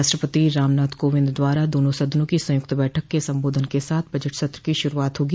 राष्ट्रपति रामनाथ कोविंद द्वारा दोनों सदनों की संयूक्त बैठक के सम्बोधन के साथ बजट सत्र की शुरूआत होगी